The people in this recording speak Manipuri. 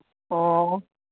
ꯑꯣ